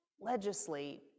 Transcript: legislate